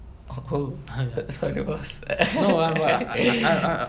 oh sorry boss